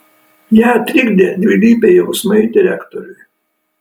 ją trikdė dvilypiai jausmai direktoriui